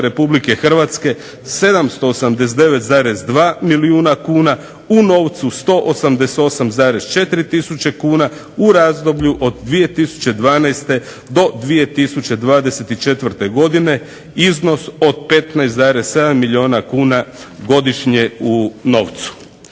Republike Hrvatske 789,2 milijuna kuna. U novcu 188,4 tisuće kuna u razdoblju od 2012. do 2024. godine iznos od 15,7 milijuna kuna godišnje u novcu.